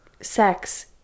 sex